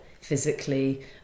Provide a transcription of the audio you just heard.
physically